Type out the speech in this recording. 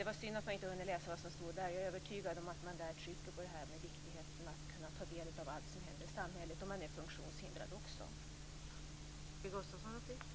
Det var synd att jag inte har hunnit läsa vad som stod där. Jag är övertygad om att man där trycker på det viktiga i att också funktionshindrade skall kunna ta del av allt som händer i samhället.